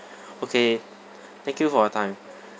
okay thank you for your time